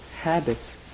habits